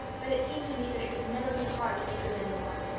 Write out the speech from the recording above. but it seemed to me that it could never be hard to be good any more.